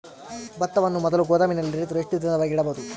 ಭತ್ತವನ್ನು ಮೊದಲು ಗೋದಾಮಿನಲ್ಲಿ ರೈತರು ಎಷ್ಟು ದಿನದವರೆಗೆ ಇಡಬಹುದು?